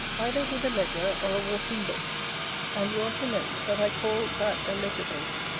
either with a ledger or a walking-bait and you are to note, that i call that a ledger-bait,